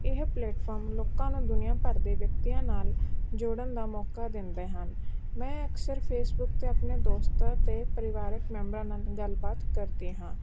ਇਹ ਪਲੇਟਫੋਮ ਲੋਕਾਂ ਨੂੰ ਦੁਨੀਆ ਭਰ ਦੇ ਵਿਅਕਤੀਆਂ ਨਾਲ ਜੋੜਨ ਦਾ ਮੌਕਾ ਦਿੰਦੇ ਹਨ ਮੈਂ ਅਕਸਰ ਫੇਸਬੁੱਕ 'ਤੇ ਆਪਣੇ ਦੋਸਤਾਂ ਅਤੇ ਪਰਿਵਾਰਕ ਮੈਂਬਰਾਂ ਨਾਲ ਗੱਲਬਾਤ ਕਰਦੀ ਹਾਂ